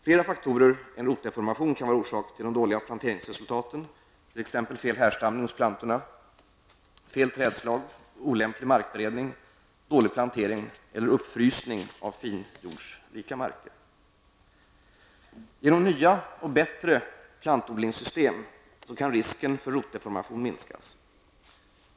Flera faktorer än rotdeformation kan vara orsak till de dåliga planteringsresultaten, t.ex. fel härstamning hos plantorna, fel trädslag, olämplig markberedning, dålig plantering eller uppfrysning på finjordsrika marker. Genom nya och bättre plantodlingssystem kan risken för rotdeformation minskas.